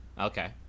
Okay